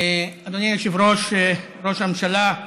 אדוני היושב-ראש, ראש הממשלה,